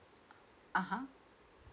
(uh huh)